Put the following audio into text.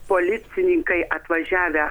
policininkai atvažiavę